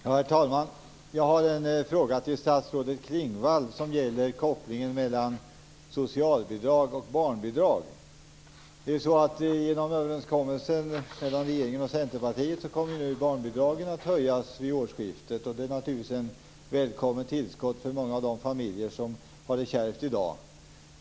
Herr talman! Jag har en fråga till statsrådet Klingvall om kopplingen mellan socialbidrag och barnbidrag. Centerpartiet kommer barnbidragen att höjas vid årsskiftet. Det är naturligtvis ett välkommet tillskott till många av de familjer som i dag har det kärvt.